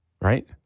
Right